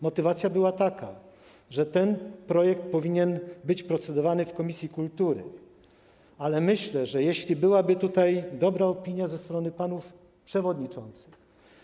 Motywacja była taka, że ten projekt powinien być procedowany w komisji kultury, ale myślę, że jeśli byłaby dobra opinia ze strony panów przewodniczących.